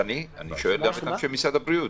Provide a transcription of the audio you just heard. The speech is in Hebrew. אז אני שואל גם את אנשי משרד הבריאות,